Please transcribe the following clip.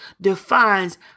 defines